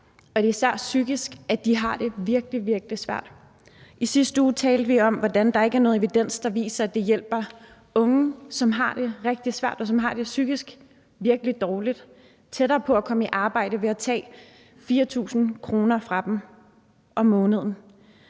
er især psykisk, at de har det virkelig, virkelig svært. I sidste uge talte vi om, hvordan der ikke er nogen evidens, der viser, at det hjælper unge, som har det rigtig svært, og som psykisk har det virkelig dårligt, med at komme tættere på det at få et arbejde, at man tager 4.000 kr. fra dem om måneden.